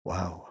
Wow